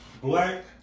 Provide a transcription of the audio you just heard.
black